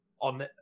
on